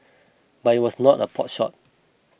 but it was not a potshot